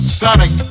sonic